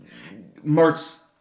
Mertz